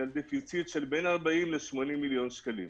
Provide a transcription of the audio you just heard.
על גירעון של בין 40 80 מיליון שקלים.